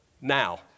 now